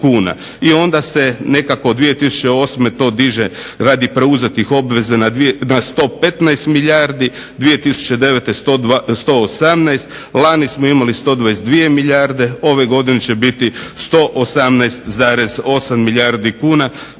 I onda se nekako 2008. to diže radi preuzetih obveza na 115 milijardi, 2009. 118, lani smo imali 122 milijarde, ove godine će biti 118,8 milijardi kuna,